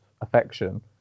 affection